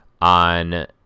on